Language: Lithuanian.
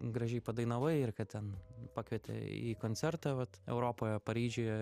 gražiai padainavai ir kad ten pakvietė į koncertą vat europoje paryžiuje